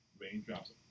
raindrops